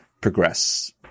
progress